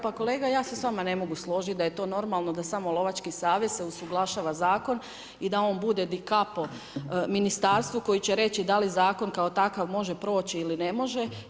Pa kolega, ja se s vama ne mogu složiti da je to normalno da samo Lovački savez usuglašava Zakon i da on bude di capo ministarstvu, koji će reći da li Zakon kao takav može proći ili ne može.